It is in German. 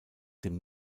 dem